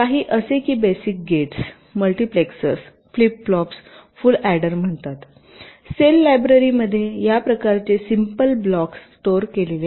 काही असे की basic gates multiplexers flip flops full adder म्हणतात सेल लायब्ररीमध्ये या प्रकारचे सिम्पल ब्लॉक्स स्टोर केलेले आहेत